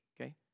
okay